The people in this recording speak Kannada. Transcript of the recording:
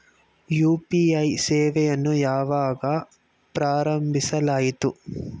ಯು.ಪಿ.ಐ ಸೇವೆಯನ್ನು ಯಾವಾಗ ಪ್ರಾರಂಭಿಸಲಾಯಿತು?